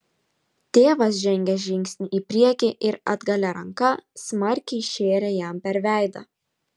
tėvas žengė žingsnį į priekį ir atgalia ranka smarkiai šėrė jam per veidą